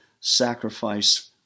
sacrifice